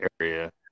area